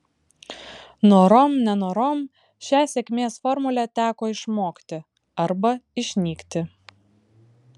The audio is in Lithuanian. norom nenorom šią sėkmės formulę teko išmokti arba išnykti